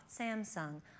Samsung